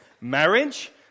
Marriage